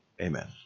Amen